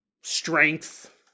strength